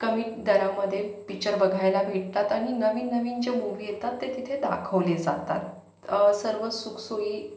कमी दरामध्ये पिक्चर बघायला भेटतात आणि नवीन नवीन जे मूवी येतात ते तिथे दाखवले जातात सर्व सुखसोयी